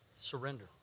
Surrender